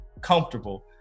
comfortable